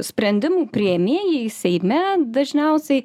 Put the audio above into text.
sprendimų priėmėjai seime dažniausiai